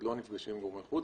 לא נפגשים עם גורמי חוץ.